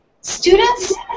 students